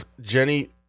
Jenny